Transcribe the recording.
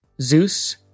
Zeus